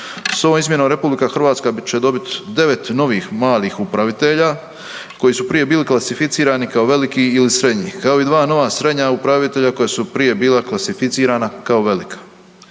S ovom izmjenom RH će dobit devet novih malih upravitelja koji su prije bili klasificirani kao veliki ili srednji, kao i dva nova srednja upravitelja koja su prije bila klasificirana kao velika.